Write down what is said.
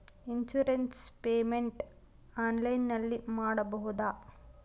Insurance payment ಆನ್ಲೈನಿನಲ್ಲಿ ಮಾಡಬಹುದಾ?